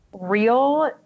real